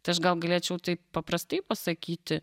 tai aš gal galėčiau taip paprastai pasakyti